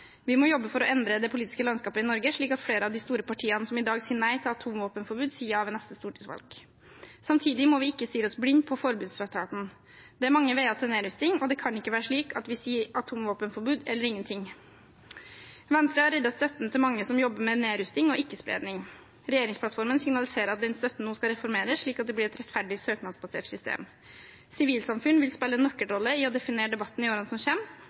Vi må jobbe for å endre det politiske landskapet i Norge, slik at flere av de store partiene som i dag sier nei til atomvåpenforbud, sier ja ved neste stortingsvalg. Samtidig må vi ikke stirre oss blinde på forbudstraktaten. Det er mange veier til nedrustning, og vi kan ikke si: «atomvåpenforbud eller ingenting». Venstre har reddet støtten til mange som jobber med nedrustning og ikke-spredning. Regjeringsplattformen signaliserer at den støtten nå skal reformeres, slik at det blir et rettferdig, søknadsbasert system. Sivilsamfunn vil spille en nøkkelrolle i å definere debatten i årene som